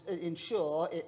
ensure